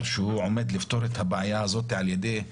שהוא מתכוון לפתור את הבעיה זאת על ידי זה